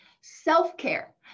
self-care